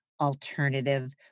alternative